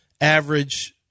Average